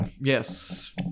Yes